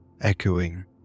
echoing